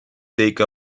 take